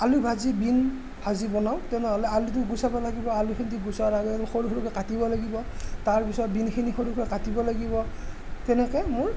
আলু ভাজি বিন ভাজি বনাওঁ তেনেহ'লে আলুটো গুচাব লাগিব আলুখিনি গুচোৱাৰ আগে আগে সৰু সৰুকৈ কাটিব লাগিব তাৰপিছত বিনখিনি সৰুকৈ কাটিব লাগিব তেনেকৈ মোৰ